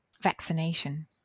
vaccination